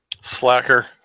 Slacker